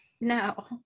no